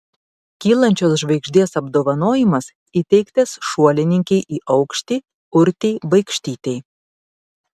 kylančios žvaigždės apdovanojimas įteiktas šuolininkei į aukštį urtei baikštytei